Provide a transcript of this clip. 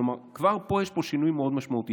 כלומר, כבר פה יש שינוי מאוד משמעותי.